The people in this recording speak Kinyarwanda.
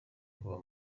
kuva